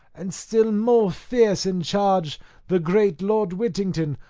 and still more fierce in charge the great lord whittington,